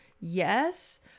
Yes